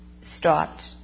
stopped